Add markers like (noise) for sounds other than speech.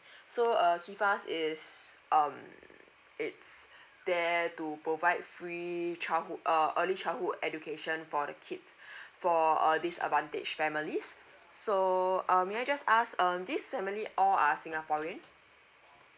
so uh kifas is um it's there to provide free childhood uh early childhood education for the kids (breath) for a disadvantaged families so uh may I just ask um this family all are singaporean